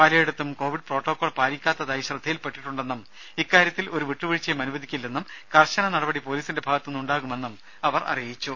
പലയിടത്തും Covid protocol പാലിക്കാത്തതായി ശ്രദ്ധയിൽ പെട്ടിട്ടുണ്ടെന്നും ഇക്കാര്യത്തിൽ ഒരു വിട്ടു വീഴ്ചയും അനുവദിക്കില്ലെന്നും കർശന നടപടി പോലീസിന്റെ ഭാഗത്തു നിന്ന് ഉണ്ടാകുമെന്നും അവർ അറിയിച്ചു